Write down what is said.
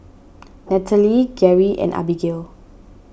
Nathaly Geri and Abigayle